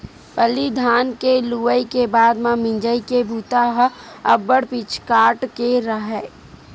पहिली धान के लुवई के बाद म मिंजई के बूता ह अब्बड़ पिचकाट के राहय